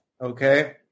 okay